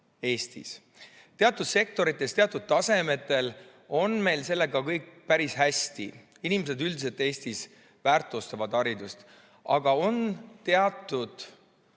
Eestis. Teatud sektorites, teatud tasemetel on meil sellega kõik päris hästi, inimesed üldiselt Eestis väärtustavad haridust, aga on teatud